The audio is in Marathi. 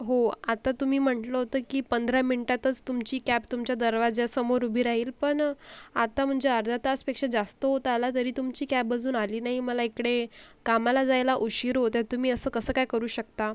हो आत्ता तुम्ही म्हटलं होतं की पंधरा मिनटातच तुमची कॅब तुमच्या दरवाजासमोर उभी राहील पण आता म्हणजे अर्धा तासपेक्षा जास्त होत आला तरी तुमची कॅब अजून आली नाही मला इकडे कामाला जायला उशीर होतोय तुम्ही असं कसं काय करू शकता